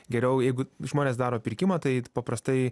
geriau jeigu žmonės daro pirkimą tai paprastai